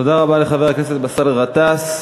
תודה רבה לחבר הכנסת באסל גטאס.